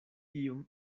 iom